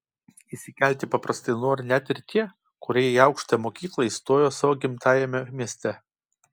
išsikelti paprastai nori net ir tie kurie į aukštąją mokyklą įstoja savo gimtajame mieste